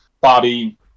Bobby